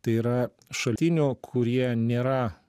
tai yra šaltinių kurie nėra